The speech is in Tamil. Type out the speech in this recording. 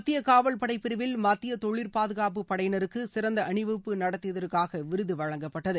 மத்திய காவல்படை பிரிவில் மத்திய தொழிற்பாதுகாப்பு படையினருக்கு சிறந்த அணிவகுப்பு நடத்தியதற்காக விருது வழங்கப்பட்டது